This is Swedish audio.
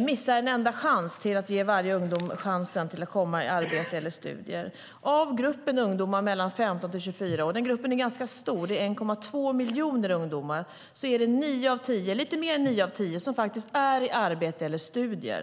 missar en enda möjlighet att ge varje ungdom chansen till att komma i arbete eller studier. Av gruppen ungdomar mellan 15 och 24 år - den gruppen är ganska stor och består av 1,2 miljoner ungdomar - är lite fler än 9 av 10 faktiskt i arbete eller studier.